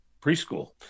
preschool